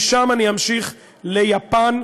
משם אני אמשיך ליפן,